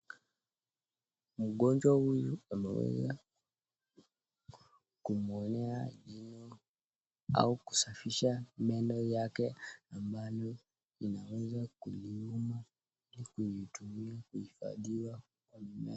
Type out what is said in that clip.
Mgonjwa huyu amweza kung'olewa jino au kusafisha jino yake ambalo anaweza kuliuma na kuitumia kuisiagiwa kwa meno.